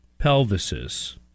pelvises